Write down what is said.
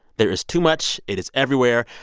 there is too much, it's everywhere.